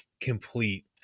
complete